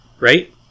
right